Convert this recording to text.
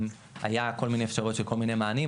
היו כל מיני אפשרויות של כל מיני מענים,